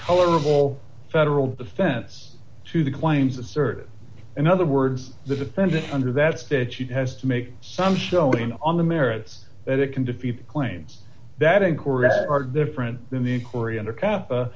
colorable federal defense to the claims asserted in other words the defendant under that statute has to make some showing on the merits that it can defeat the claims that in court are different than the inquiry under kappa